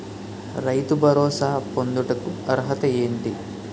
రైతు భరోసా పొందుటకు అర్హత ఏంటి?